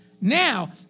Now